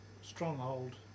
stronghold